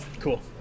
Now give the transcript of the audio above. Cool